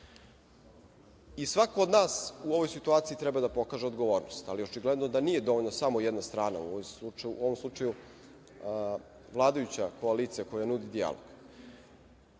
od nas u ovoj situaciji treba da pokaže odgovornost, ali očigledno da nije dovoljno da samo jedna strana u ovom slučaju vladajuća koalicija koja nudi dijalog.